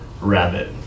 rabbit